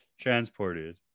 transported